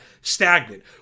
stagnant